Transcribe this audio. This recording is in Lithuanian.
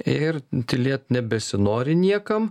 ir tylėt nebesinori niekam